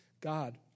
God